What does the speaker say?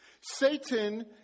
Satan